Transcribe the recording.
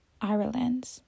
ireland